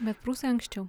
bet prūsai anksčiau